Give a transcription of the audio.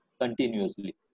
continuously